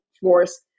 force